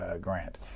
Grant